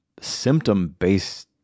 symptom-based